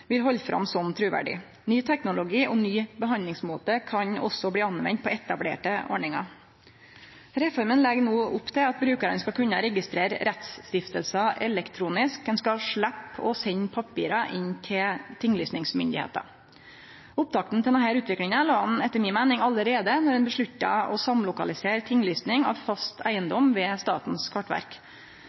truverdig. Ny teknologi og ny behandlingsmåte kan òg bli anvendt på etablerte ordningar. Reforma legg no opp til at brukarane skal kunne registrere rettsstiftingar elektronisk, ein skal sleppe å sende papira inn til tinglysingsmyndigheita. Opptakta til denne utviklinga la ein etter mi meining allereie då ein vedtok å samlokalisere tinglysing av fast eigedom ved Statens kartverk.